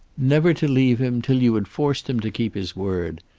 never to leave him till you had forced him to keep his word.